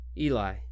Eli